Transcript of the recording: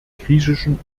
griechischen